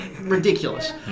Ridiculous